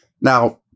Now